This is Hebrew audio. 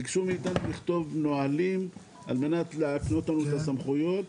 ביקשו מאיתנו לכתוב נהלים על מנת להקנות לנו את הסמכויות,